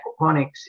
aquaponics